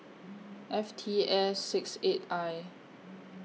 F T S six eight I